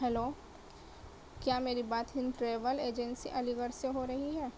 hello کیا میری بات Hind travel agency Aligarh سے ہو رہی ہے